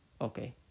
Okay